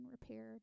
repaired